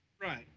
Right